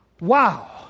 wow